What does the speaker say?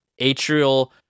atrial